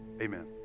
Amen